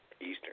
Eastern